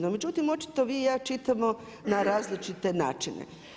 No međutim, očito vi i ja čitamo na različite način.